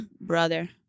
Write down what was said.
brother